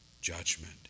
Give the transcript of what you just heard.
judgment